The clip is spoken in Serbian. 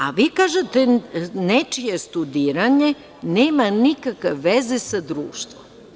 A, vi kažete da nečije studiranje nema nikakve veze sa društvom.